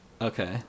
Okay